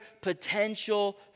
potential